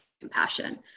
compassion